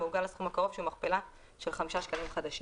מעוגל לסכום הקרוב שהוא מכפלה של חמישה שקלים חדשים."